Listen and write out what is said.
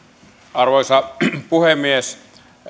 arvoisa puhemies